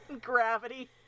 gravity